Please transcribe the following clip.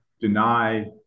deny